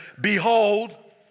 Behold